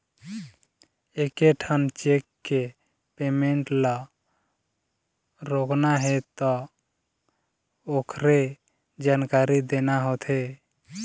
एकेठन चेक के पेमेंट ल रोकना हे त ओखरे जानकारी देना होथे